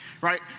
right